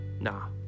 Nah